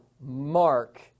mark